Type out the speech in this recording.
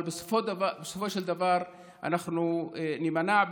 אבל בסופו של דבר אנחנו נימנע,